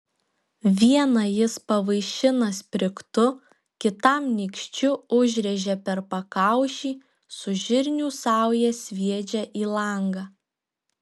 vieną jis pavaišina sprigtu kitam nykščiu užrėžia per pakaušį su žirnių sauja sviedžia į langą